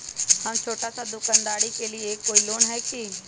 हम छोटा सा दुकानदारी के लिए कोई लोन है कि?